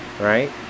right